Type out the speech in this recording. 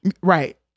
Right